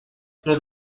nous